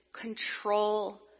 control